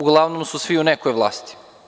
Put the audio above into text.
Uglavnom su svi u nekoj vlasti.